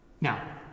Now